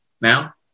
now